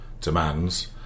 demands